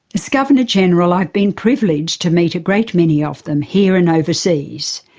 as governor-general, i've been privileged to meet a great many of them, here and overseas.